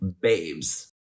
babes